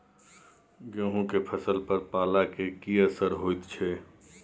गेहूं के फसल पर पाला के की असर होयत छै?